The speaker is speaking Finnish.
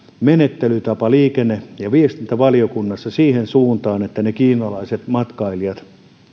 menettelytavan liikenne ja viestintävaliokunnassa siihen suuntaan että ne kiinalaiset matkailijat